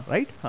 Right